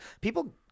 People